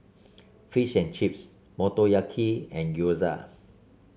Fish and Chips Motoyaki and Gyoza